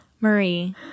Marie